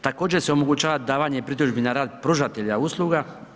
Također se omogućava davanje pritužbi na rad pružatelja usluga.